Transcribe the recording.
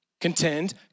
contend